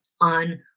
on